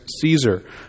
Caesar